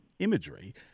imagery